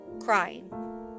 crying